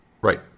Right